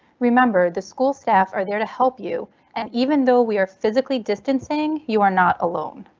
remember the school staff are there to help you and, even though we are physically distancing, you are not alone.